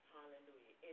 Hallelujah